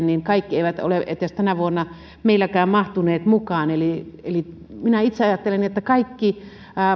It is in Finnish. kaikki eivät ole tänä vuonna meilläkään edes mahtuneet mukaan minä itse ajattelen että kaikki